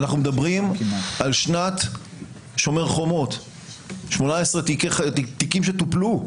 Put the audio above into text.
אנחנו מדברים על שנת שומר חומות, 18 תיקים שטופלו.